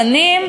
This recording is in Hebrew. הבנים,